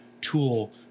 tool